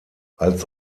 als